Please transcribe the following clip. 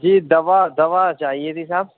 جی دوا دوا چاہیے تھی صاحب